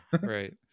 right